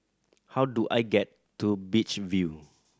how do I get to Beach View